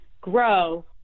grow